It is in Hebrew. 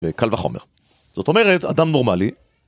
וקל וחומר, זאת אומרת, אדם נורמלי